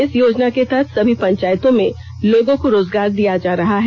इस योजना के तहत सभी पंचायतों में लोगों को रोजगार दिया जा रहा है